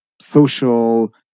social